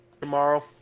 Tomorrow